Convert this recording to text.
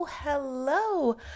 Hello